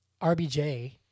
RBJ